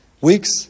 Weeks